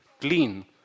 clean